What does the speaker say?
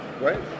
Right